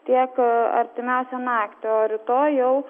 tiek artimiausią naktį o rytoj jau